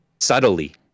subtly